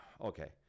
okay